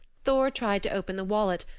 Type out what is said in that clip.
thor tried to open the wallet,